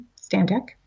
Stantec